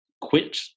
quit